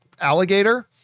alligator